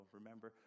Remember